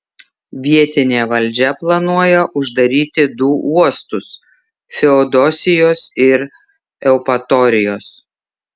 vietinė valdžia planuoja uždaryti du uostus feodosijos ir eupatorijos